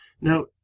Now